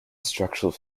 structural